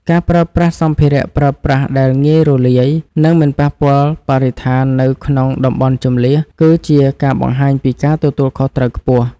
ការប្រើប្រាស់សម្ភារៈប្រើប្រាស់ដែលងាយរលាយ និងមិនប៉ះពាល់បរិស្ថាននៅក្នុងតំបន់ជម្លៀសគឺជាការបង្ហាញពីការទទួលខុសត្រូវខ្ពស់។